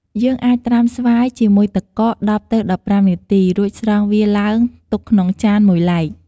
យើងអាចត្រាំស្វាយជាមួយទឹកកក ១០ ទៅ១៥នាទី រួចស្រង់វាឡើងទុកក្នុងចានមួយឡែក។